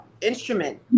instrument